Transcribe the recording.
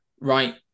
Right